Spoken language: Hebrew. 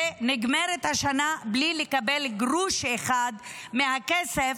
והשנה נגמרת בלי לקבל גרוש אחד מהכסף,